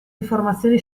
informazioni